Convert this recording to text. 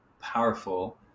powerful